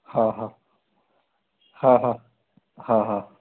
हा हा हा हा हा हा